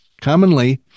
Commonly